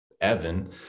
Evan